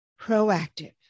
proactive